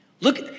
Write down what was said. Look